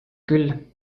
küll